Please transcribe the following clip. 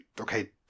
okay